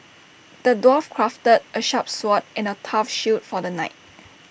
the dwarf crafted A sharp sword and A tough shield for the knight